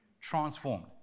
transformed